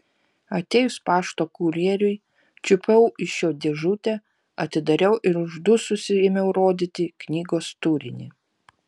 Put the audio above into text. atėjus pašto kurjeriui čiupau iš jo dėžutę atidariau ir uždususi ėmiau rodyti knygos turinį